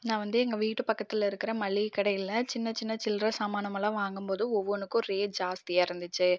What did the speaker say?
நான் வந்து எங்கள் வீட்டு பக்கத்தில் இருக்கிற மளிகை கடையில் சின்ன சின்ன சில்லற சாமானமெல்லாம் வாங்கும்போது ஒவ்வொன்றுக்கும் ரேட் ஜாஸ்த்தியாக இருந்துச்சு